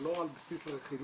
זה לא על בסיס רכילות,